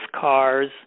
cars